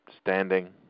standing